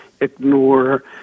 ignore